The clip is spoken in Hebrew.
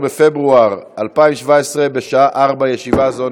חוק ומשפט להכנה לקריאה שנייה ושלישית.